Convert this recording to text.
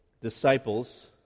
disciples